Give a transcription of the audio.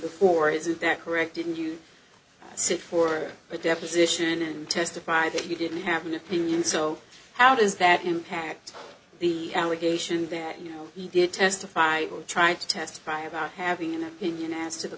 before isn't that correct didn't you sit for a deposition and testify that you didn't happen opinion so how does that impact the allegation that you know he did testify or try to testify about having an opinion as to the